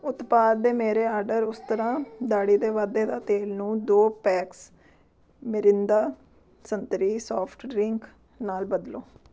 ਉਤਪਾਦ ਦੇ ਮੇਰੇ ਆਰਡਰ ਉਸਤਰਾ ਦਾੜ੍ਹੀ ਦੇ ਵਾਧੇ ਦਾ ਤੇਲ ਨੂੰ ਦੋ ਪੈਕਸ ਮਿਰਿੰਦਾ ਸੰਤਰੀ ਸੋਫਟ ਡਰਿੰਕ ਨਾਲ ਬਦਲੋ